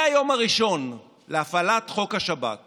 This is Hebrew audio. מהיום הראשון להפעלת חוק השב"כ